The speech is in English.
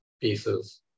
pieces